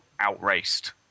outraced